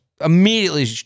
immediately